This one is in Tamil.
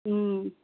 ம்